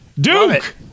Duke